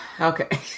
okay